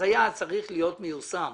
אז היעד צריך להיות מיושם.